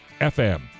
FM